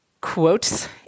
quotes